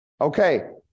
Okay